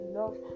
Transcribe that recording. love